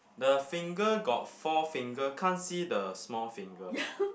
the finger got four finger can't see the small finger